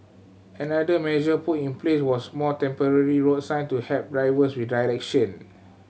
another measure put in place was more temporary road sign to help drivers with direction